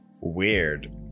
weird